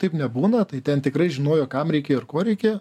taip nebūna tai ten tikrai žinojo kam reikia ir ko reikia